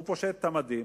הוא פושט את המדים